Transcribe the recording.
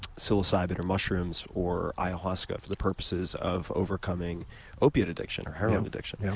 psilocybin or mushrooms or ayahuasca for the purposes of overcoming opiate addiction or heroin addiction. yeah